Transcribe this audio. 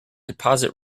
deposit